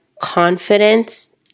confidence